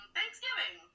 Thanksgiving